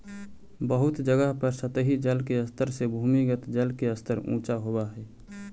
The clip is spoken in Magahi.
बहुत जगह पर सतही जल के स्तर से भूमिगत जल के स्तर ऊँचा होवऽ हई